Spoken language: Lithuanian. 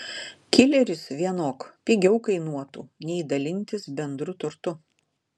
kileris vienok pigiau kainuotų nei dalintis bendru turtu